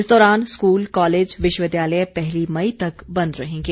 इस दौरान school college विश्वविद्यालय पहली मई तक बंद रहेंगे